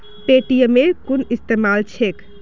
पेटीएमेर कुन इस्तमाल छेक